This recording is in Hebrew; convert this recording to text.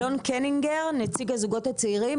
אלון קנינגר, נציג הזוגות הצעירים.